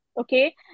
Okay